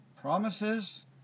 Promises